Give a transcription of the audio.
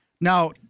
Now